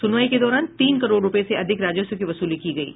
सुनवाई के दौरान तीन करोड़ रूपये से अधिक राजस्व की वसूली की गयी